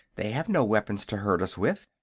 they have no weapons to hurt us with.